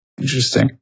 Interesting